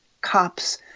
cops